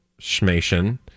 Schmation